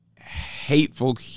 hateful